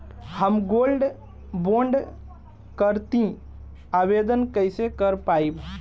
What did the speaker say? हम gold bond करतिं आवेदन कइसे कर पाइब?